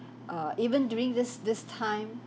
err even during this this time